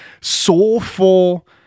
soulful